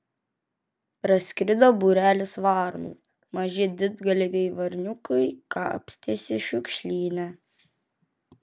praskrido būrelis varnų maži didgalviai varniukai kapstėsi šiukšlyne